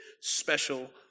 special